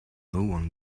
one